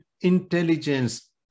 intelligence